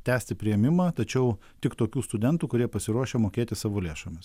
tęsti priėmimą tačiau tik tokių studentų kurie pasiruošę mokėti savo lėšomis